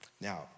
Now